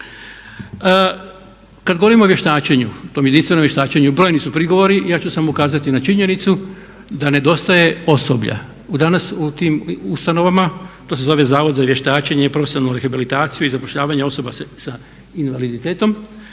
Kad govorimo o tom jedinstvenom vještačenju, brojni su prigovori, ja ću samo ukazati na činjenicu da nedostaje osoblja. Danas u tim ustanovama, to se zove Zavod za vještačenje, profesionalnu rehabilitaciju i zapošljavanje osoba s invaliditetom,